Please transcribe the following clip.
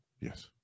Yes